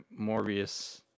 Morbius